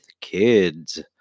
kids